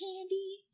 candy